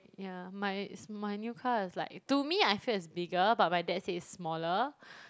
ya my s~ my new car is like to me I feel like it's bigger but my dad say it's smaller